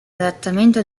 adattamento